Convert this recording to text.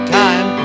time